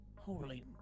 Holy